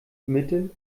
mittel